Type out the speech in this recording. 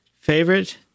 favorite